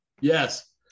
Yes